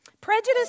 Prejudice